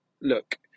look